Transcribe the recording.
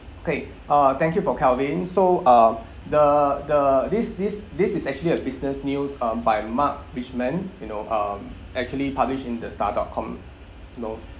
okay uh thank you for calvin so uh the the this this this is actually a business news um by mark richmond you know um actually published in the star dot com you know